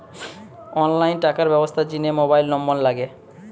online টাকার ব্যবস্থার জিনে মোবাইল নম্বর লাগে